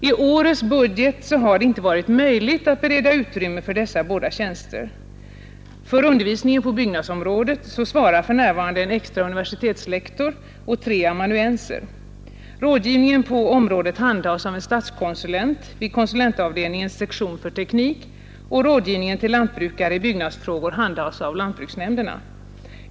I årets budget har det inte varit möjligt att bereda utrymme för dessa båda tjänster. För undervisningen på byggnadsområdet svarar för närvarande en extra universitetslektor och tre amanuenser. Rådgivningen på området handhas av en statskonsulent vid konsulentavdelningens sektion för teknik, och rådgivningen till lantbrukare i byggnadsfrågor handhas av lantbruksnämnderna.